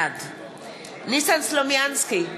בעד ניסן סלומינסקי,